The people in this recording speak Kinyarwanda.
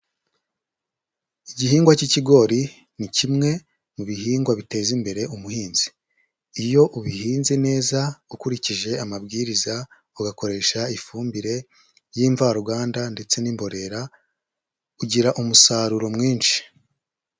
Igihingwa k'ikigori ni kimwe mu bihingwa biteza imbere ubuhinzi. Iyo ubihinze neza ukurikije amabwiriza ugakoresha ifumbire y'imvaruganda ndetse n'imborera ugira umusaruro mwinshi.